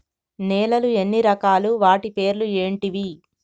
నేలలు ఎన్ని రకాలు? వాటి పేర్లు ఏంటివి?